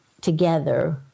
together